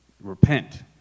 repent